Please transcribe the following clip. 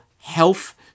health